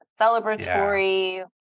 celebratory